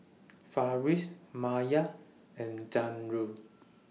Farish Maya and Zamrud